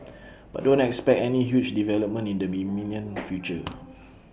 but don't expect any huge development in the imminent future